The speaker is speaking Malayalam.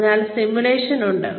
അതിനാൽ സിമുലേഷൻ ഉണ്ട്